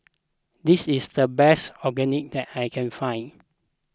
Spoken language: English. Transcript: this is the best Onigiri that I can find